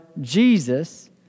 Jesus